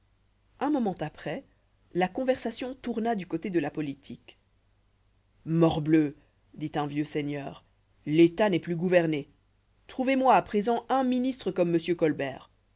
un moment après la conversation tourna du côté de la politique morbleu dit un vieux seigneur l'état n'est plus gouverné trouvez-moi à présent un ministre comme m colbert